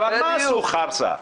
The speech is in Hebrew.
הרי מה עשו חרסה?